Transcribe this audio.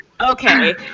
okay